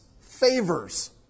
favors